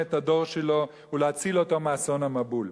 את הדור שלו ולהציל אותו מאסון המבול.